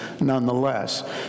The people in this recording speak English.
nonetheless